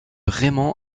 raymond